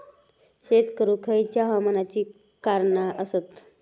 शेत करुक खयच्या हवामानाची कारणा आसत?